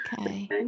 Okay